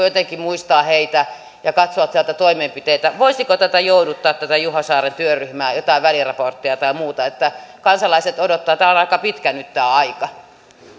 jotenkin muistaa heitä ja katsoa näitä toimenpiteitä voisiko jouduttaa tätä juho saaren työryhmää saada jotain väliraporttia tai muuta kun kansalaiset odottavat tämä aika on nyt aika